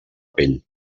pell